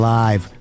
live